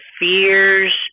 fears